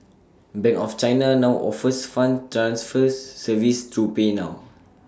bank of China now offers funds transfers services through PayNow